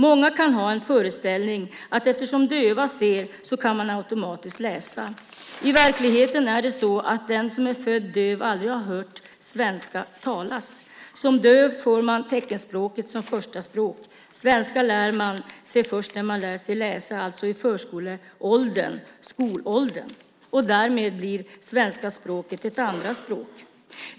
Många kan ha en föreställning om att döva eftersom de ser automatiskt kan läsa. Men i verkligheten är det så att den som är född döv aldrig har hört svenska talas. Som döv får man teckenspråket som första språk. Svenska lär man sig först när man lär sig läsa - i förskoleåldern, i skolåldern. Därmed blir svenska språket ett andraspråk.